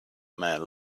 man